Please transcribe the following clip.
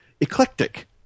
eclectic